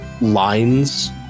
lines